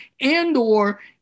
and/or